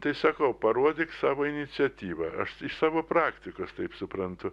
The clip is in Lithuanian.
tai sakau parodyk savo iniciatyvą aš iš savo praktikos taip suprantu